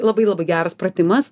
labai labai geras pratimas